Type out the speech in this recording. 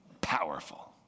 powerful